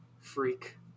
freak